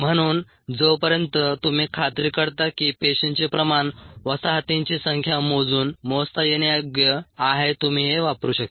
म्हणून जोपर्यंत तुम्ही खात्री करता की पेशींचे प्रमाण वसाहतींची संख्या मोजून मोजता येण्यायोग्य आहे तुम्ही हे वापरू शकता